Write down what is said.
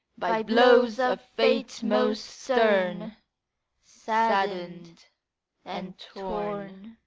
by blows of fate most stern saddened and torn.